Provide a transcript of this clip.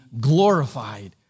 glorified